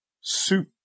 soup